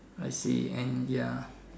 I see and ya